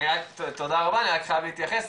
תודה רבה, אני רק חייב להתייחס.